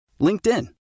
LinkedIn